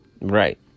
Right